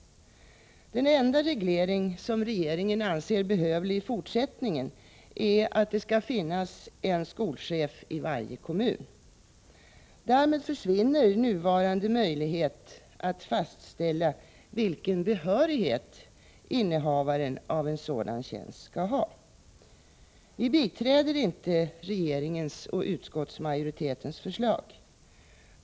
Den enda reglering som regeringen anser behövlig i fortsättningen är att det skall finnas en skolchef i varje kommun. Därmed försvinner nuvarande möjlighet att fastställa vilken behörighet innehavaren av en sådan tjänst skall ha. : Vi biträder inte regeringens och utskottsmajoritetens förslag.